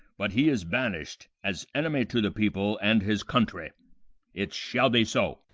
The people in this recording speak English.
but he is banish'd, as enemy to the people and his country it shall be so.